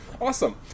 Awesome